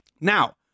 Now